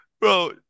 Bro